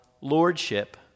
lordship